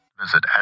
visit